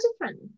different